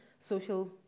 social